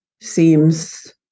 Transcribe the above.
seems